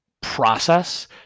process